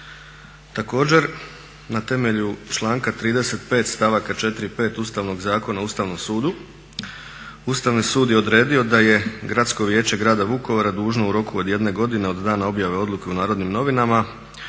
Također na temelju članka 35.stavaka 4.i 5. Ustavnog zakona o Ustavnom sud, Ustavni sud je odredio da je Gradsko vijeće grada Vukovara dužno u roku od jedne godine od dana objave odluke u NN vodeći